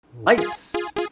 Lights